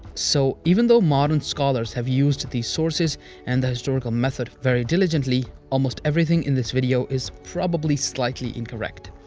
so, even though, modern scholars have used these sources and the historical method very diligently, almost everything in this video is probably slightly incorrect.